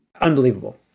unbelievable